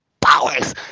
powers